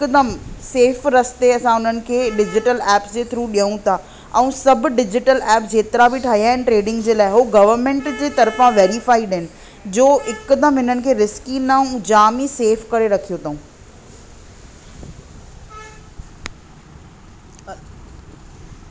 हिकदमि सेफ़ रस्ते सां उन्हनि खे डिजिटल एप्स जे थ्रू ॾियूं था ऐं सभु डिजिटल एप जेतिरा बि ठाहियां आहिनि ट्रेडिंग जे लाइ उहो गवर्नमेंट जे तरफ़ां वेरीफाइड आहिनि जो हिकदमि हिननि खे रिस्की नऊं जाम ई सेफ़ करे रखियो अथऊं